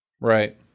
Right